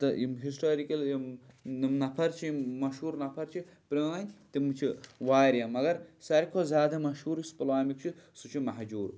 تہٕ یِم ہِسٹارِکَل یِم نَفَر چھِ یِم مشہوٗر نَفَر چھِ پرٛٲنۍ تِم چھِ واریاہ مگر ساروٕے کھۄتہٕ زیادٕ مشہوٗر یُس پُلوامیُک چھُ سُہ چھِ مہجوٗر